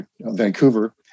Vancouver